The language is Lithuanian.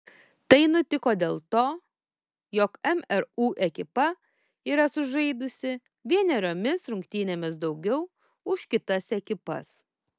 tai nutiko dėl to jog mru ekipa yra sužaidusi vieneriomis rungtynėmis daugiau už kitas ekipas